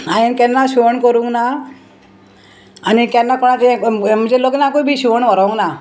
हायेंन केन्ना शिवण करूंक ना आनी केन्ना कोणाचें म्हणजे लग्नाकूय बी शिंवण व्हरोंक ना